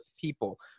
people